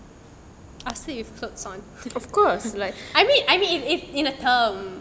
I sleep with clothes on I mean I mean in in the term